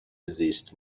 زیست